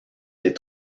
des